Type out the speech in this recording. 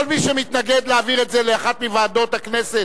כל מי שמתנגד להעברתה לאחת מוועדות הכנסת,